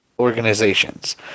Organizations